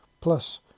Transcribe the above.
Plus